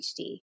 HD